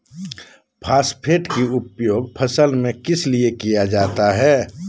Phosphate की उपयोग फसल में किस लिए किया जाता है?